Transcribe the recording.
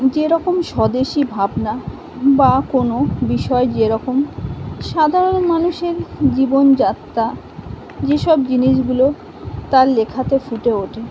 যেরকম স্বদেশী ভাবনা বা কোনো বিষয় যেরকম সাধারণ মানুষের জীবনযাত্রা যেসব জিনিসগুলো তার লেখাতে ফুটে ওঠে